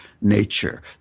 nature